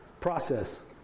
Process